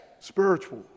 Spiritual